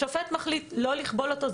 השופט מחליט לא לכבול אותו,